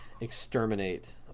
exterminate